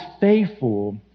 faithful